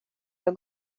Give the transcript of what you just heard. jag